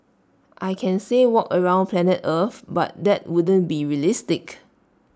I can say walk around planet earth but that wouldn't be realistic